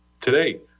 Today